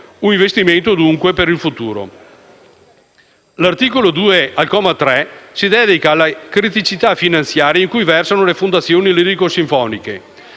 un investimento, dunque, per il futuro. L'articolo 2 al comma 3 si dedica alle criticità finanziarie in cui versano le fondazioni lirico-sinfoniche.